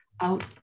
out